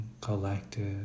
collected